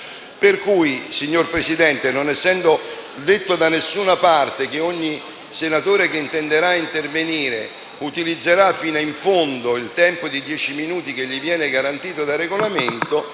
Pertanto, signor Presidente, non essendo detto da nessuna parte che ogni senatore che intenderà intervenire utilizzerà fino in fondo il tempo di dieci minuti che gli viene garantito dal Regolamento,